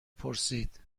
پرسید